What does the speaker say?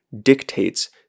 dictates